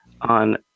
on